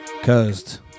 Cursed